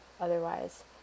otherwise